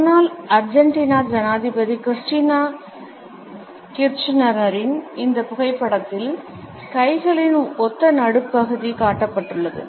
முன்னாள் அர்ஜென்டினா ஜனாதிபதி கிறிஸ்டினா கிர்ச்னரின் இந்த புகைப்படத்தில் கைகளின் ஒத்த நடுப்பகுதி காட்டப்பட்டுள்ளது